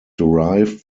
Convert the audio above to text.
derived